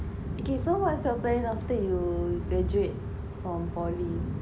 okay so what's your plan after you graduate from poly